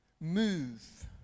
move